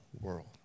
world